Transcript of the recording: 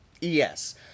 Yes